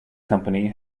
company